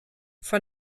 von